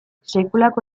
sekulako